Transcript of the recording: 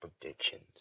predictions